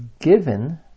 given